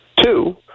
Two